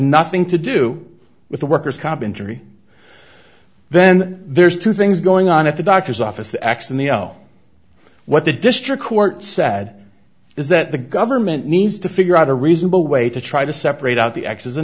nothing to do with the workers comp injury then there's two things going on at the doctor's office the x and the o what the district court said is that the government needs to figure out a reasonable way to try to separate out the